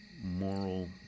moral